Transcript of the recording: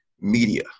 media